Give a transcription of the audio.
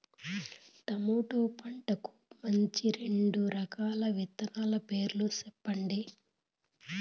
tomato పంటకు మంచి రెండు రకాల విత్తనాల పేర్లు సెప్పండి